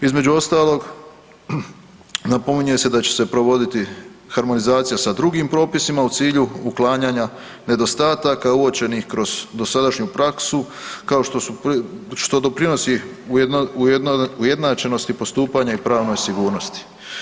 Između ostalog napominje se da će se provoditi harmonizacija sa drugim propisima u cilju uklanjanja nedostataka uočenih kroz dosadašnju prasku što doprinosi ujednačenosti postupanja i pravnoj sigurnosti.